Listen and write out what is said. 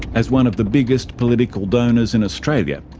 as one of the biggest political donors in australia,